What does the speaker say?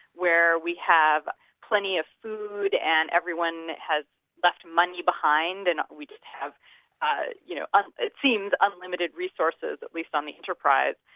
where we have plenty of food and everyone has left money behind, and we just have ah you know um it seems unlimited resources, at least on the enterprise.